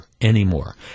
anymore